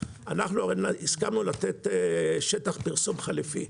הסכמנו לתת שטח פרסום חליפי,